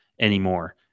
anymore